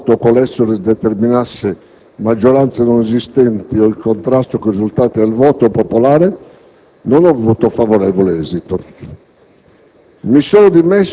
di astenerci dal voto qualora esso determinasse maggioranze non esistenti o in contrasto con i risultati del voto popolare, non ha avuto favorevole esito.